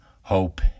hope